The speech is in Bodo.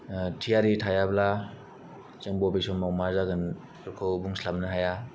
ओ थियारि थायाब्ला जों बबे समाव मा जागोन बेखौ बुंस्लाबनो हाया